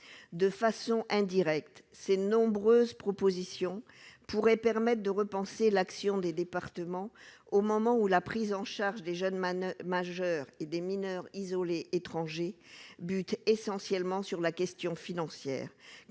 de façon indirecte, ses nombreuses propositions pourraient permettent de repenser l'action des départements au moment où la prise en charge des jeunes Man majeurs et des mineurs isolés étrangers bute essentiellement sur la question financière,